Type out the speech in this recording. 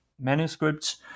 manuscripts